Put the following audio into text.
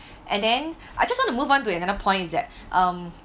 and then I just wanna move onto another point is that um